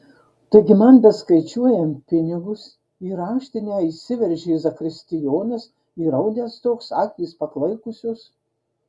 taigi man beskaičiuojant pinigus į raštinę įsiveržė zakristijonas įraudęs toks akys paklaikusios